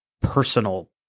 personal